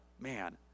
Man